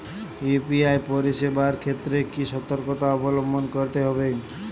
UPI পরিসেবার ক্ষেত্রে কি সতর্কতা অবলম্বন করতে হবে?